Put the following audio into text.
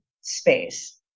space